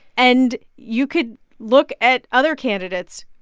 and you could look at other candidates.